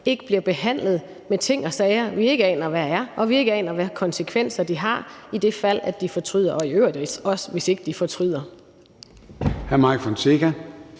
ikke bliver behandlet med ting og sager, vi ikke aner hvad er, og hvis konsekvenser vi ikke aner noget om, i det tilfælde, at de fortryder, og i øvrigt også, hvis de ikke fortryder.